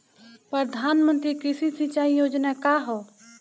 प्रधानमंत्री कृषि सिंचाई योजना का ह?